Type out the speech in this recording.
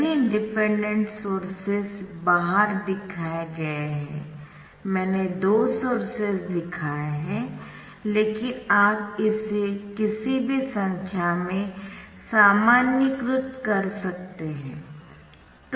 सभी independent sources बाहर दिखाए गए है मैंने दो सोर्सेस दिखाए है लेकिन आप इसे किसी भी संख्या में सामान्यीकृत कर सकते है